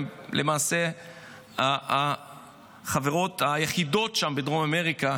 הן למעשה החברות היחידות שם בדרום אמריקה